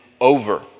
over